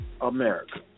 America